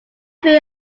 feel